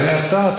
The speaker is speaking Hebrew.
אדוני השר,